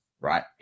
right